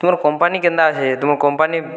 ତୁମର କମ୍ପାନୀ କେନ୍ତା ଅଛେ ତୁମ କମ୍ପାନୀ